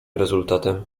rezultatem